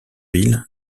ville